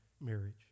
marriage